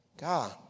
God